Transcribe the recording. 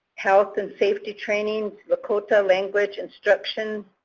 health and safety training, lakota language instruction,